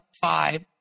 five